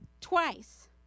twice